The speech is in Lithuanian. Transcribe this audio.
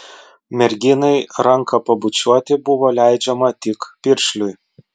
merginai ranką pabučiuoti buvo leidžiama tik piršliui